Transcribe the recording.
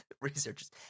researchers